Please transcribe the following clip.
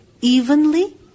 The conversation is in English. evenly